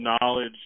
knowledge